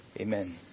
Amen